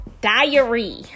diary